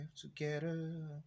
together